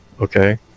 Okay